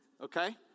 Okay